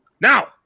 Now